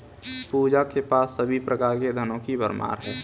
पूजा के पास सभी प्रकार के धनों की भरमार है